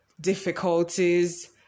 difficulties